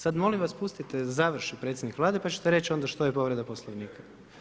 Sada molim vas pustite da završi predsjednik Vlade pa ćete reći onda što je povreda Poslovnika.